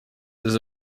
has